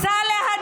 אני רוצה להדגיש: